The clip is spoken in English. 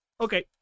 Okay